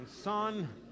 Son